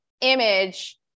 image